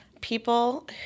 people